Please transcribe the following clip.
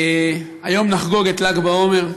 היום נחגוג את ל"ג בעומר,